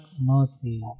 mercy